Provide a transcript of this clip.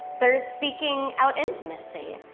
they're seeking out intimacy,